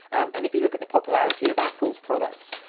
um and if you look at the popularity of apple's products,